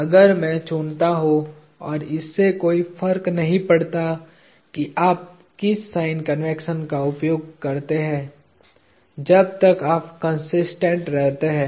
अगर मैं चुनता हूं और इससे कोई फर्क नहीं पड़ता कि आप किस साइन कन्वेंशन का उपयोग करते हैं जब तक आप कंसिस्टेंट रहते हैं